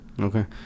Okay